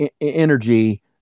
energy